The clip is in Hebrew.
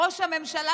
ראש הממשלה,